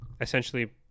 essentially